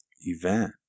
event